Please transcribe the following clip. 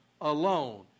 alone